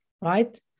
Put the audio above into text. right